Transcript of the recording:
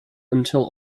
until